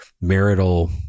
marital